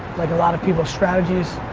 like a lot of people's strategies.